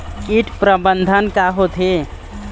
कीट प्रबंधन का होथे?